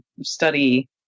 study